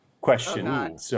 question